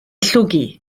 llwgu